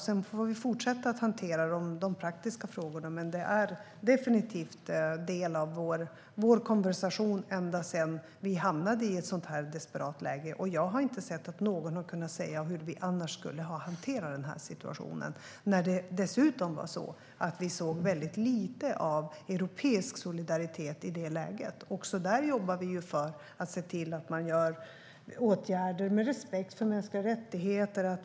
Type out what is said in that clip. Sedan får vi fortsätta hantera de praktiska frågorna, men det är definitivt en del av vår konversation ända sedan vi hamnade i ett sådant här desperat läge. Jag har inte sett att någon har kunnat säga hur vi annars skulle ha hanterat den här situationen. Det var dessutom så att vi såg väldigt lite av europeisk solidaritet i det läget. Även där jobbar vi ju för att se till att man vidtar åtgärder med respekt för mänskliga rättigheter.